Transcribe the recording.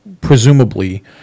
presumably